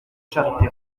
charité